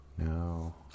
No